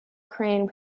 crane